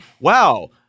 wow